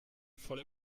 voll